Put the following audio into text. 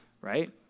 right